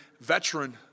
veteran